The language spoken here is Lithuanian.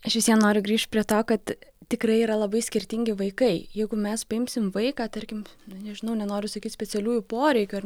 aš visvien noriu grįžt prie to kad tikrai yra labai skirtingi vaikai jeigu mes priimsim vaiką tarkim nu nežinau nenoriu sakyt specialiųjų poreikių ar